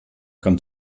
kann